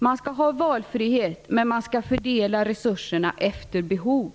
Vi vill ha valfrihet, men resurserna skall fördelas efter behov!